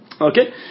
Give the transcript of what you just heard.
Okay